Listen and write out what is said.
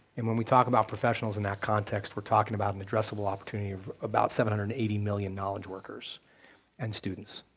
and when we talk about professionals in that context, we're talking about an addressable opportunity of about seven hundred and eighty million knowledge workers and students,